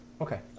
Okay